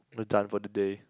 we're done for the day